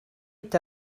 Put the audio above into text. est